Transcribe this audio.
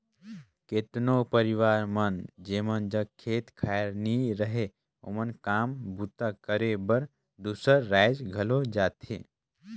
केतनो परिवार मन जेमन जग खेत खाएर नी रहें ओमन काम बूता करे बर दूसर राएज घलो जाथें